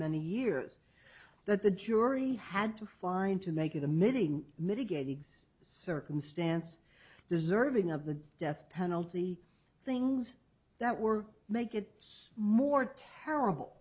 many years that the jury had to find to make it a missing mitigating circumstance deserving of the death penalty things that were make it more terrible